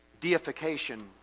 deification